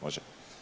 Može?